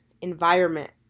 environment